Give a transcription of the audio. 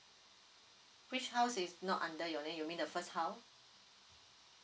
which house is not under your name you mean the first house